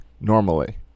normally